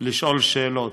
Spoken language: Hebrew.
לשאול שאלות,